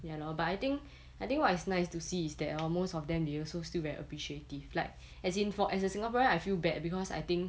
ya lor but I think I think what is nice to see is that hor most of them they also still very appreciative like as in for as a singaporean I feel bad because I think